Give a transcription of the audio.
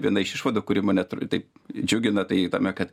viena iš išvadų kuri mane taip džiugina tai tame kad